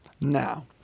Now